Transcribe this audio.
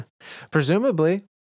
Presumably